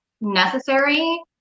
necessary